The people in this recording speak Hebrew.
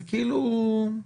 זה כאילו,